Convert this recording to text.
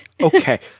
Okay